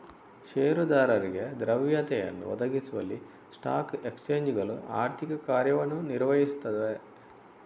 ಷೇರುದಾರರಿಗೆ ದ್ರವ್ಯತೆಯನ್ನು ಒದಗಿಸುವಲ್ಲಿ ಸ್ಟಾಕ್ ಎಕ್ಸ್ಚೇಂಜುಗಳು ಆರ್ಥಿಕ ಕಾರ್ಯವನ್ನು ನಿರ್ವಹಿಸುತ್ತವೆ